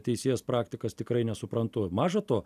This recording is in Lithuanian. teisėjas praktikas tikrai nesuprantu maža to